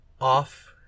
off